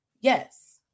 Yes